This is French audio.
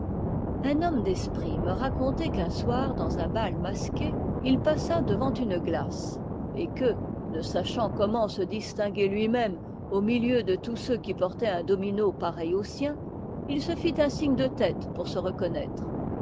un homme d'esprit me racontait qu'un soir dans un bal masqué il passa devant une glace et que ne sachant comment se distinguer lui-même au milieu de tous ceux qui portaient un domino pareil au sien il se fit un signe de tête pour se reconnaître